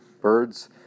birds